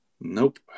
Nope